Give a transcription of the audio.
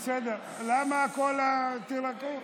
תירגעו.